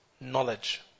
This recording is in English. Knowledge